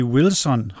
Wilson